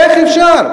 איך אפשר?